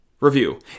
review